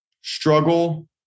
struggle